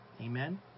Amen